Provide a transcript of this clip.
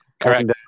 Correct